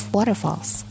Waterfalls